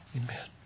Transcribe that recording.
Amen